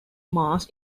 mass